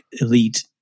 elite